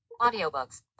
Audiobooks